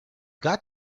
got